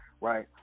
right